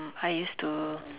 I used to